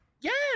yes